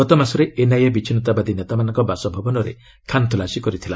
ଗତମାସରେ ଏନ୍ଆଇଏ ବିଚ୍ଛିନ୍ନତାବାଦୀ ନେତାମାନଙ୍କ ବାସଭବନରେ ଖାନ୍ତଲାସୀ କରିଥିଲା